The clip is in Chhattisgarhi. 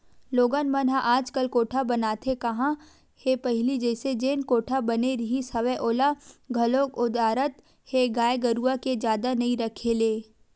लोगन मन ह आजकल कोठा बनाते काँहा हे पहिली जइसे जेन कोठा बने रिहिस हवय ओला घलोक ओदरात हे गाय गरुवा के जादा नइ रखे ले